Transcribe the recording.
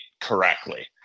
correctly